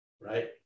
right